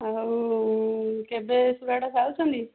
ଆଉ କେବେ ସୁରାଟ ଯାଉଛନ୍ତି